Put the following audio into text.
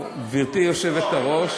גברתי היושבת-ראש,